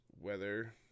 weather